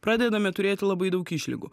pradedame turėti labai daug išlygų